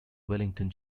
wellington